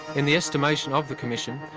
in the estimation of the commission,